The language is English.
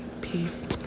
Peace